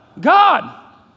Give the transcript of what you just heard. God